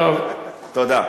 אתה לא חשוד.